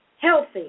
healthy